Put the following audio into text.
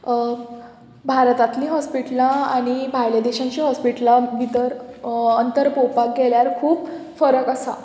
भारतांतलीं हॉस्पिटलां आनी भायल्या देशांचीं हॉस्पिटलां भितर अंतर पळोवपाक गेल्यार खूब फरक आसा